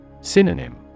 Synonym